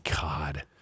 god